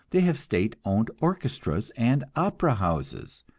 they have state-owned orchestras and opera-houses,